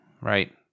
right